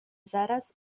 zaraz